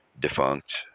defunct